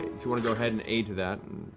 you want to go ahead and aid to that,